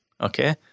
Okay